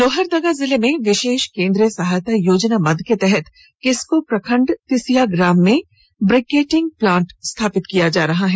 लोहरदगा जिले में विशेष केंद्रीय सहायता योजनामद के तहत किस्को प्रखण्ड तिसिया ग्राम में ब्रिकेटिंग प्लांट स्थापित किया जा रहा है